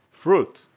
fruit